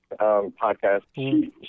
podcast